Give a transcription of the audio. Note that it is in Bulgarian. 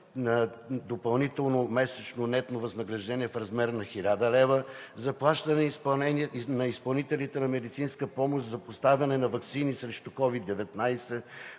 – допълнително месечно нетно възнаграждение в размер на 1000 лв.; заплащане на изпълнителите на медицинска помощ за поставяне на ваксини срещу COVID-19;